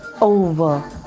over